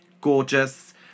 gorgeous